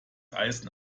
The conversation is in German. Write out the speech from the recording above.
eisen